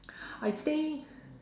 I think